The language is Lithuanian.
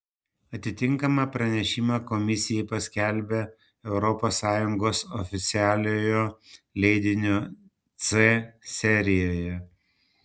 atitinkamą pranešimą komisija paskelbia europos sąjungos oficialiojo leidinio c serijoje